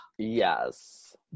Yes